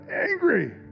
angry